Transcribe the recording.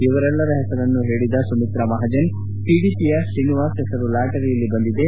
ಇವರೆಲ್ಲರ ಹೆಸರನ್ನು ಹೇಳಿದ ಸುಮಿತ್ರಾ ಮಹಾಜನ್ ಟಿಡಿಪಿಯ ಶ್ರೀನಿವಾಸ್ ಹೆಸರು ಲಾಣರಿಯಲ್ಲಿ ಬಂದಿದೆ